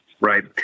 Right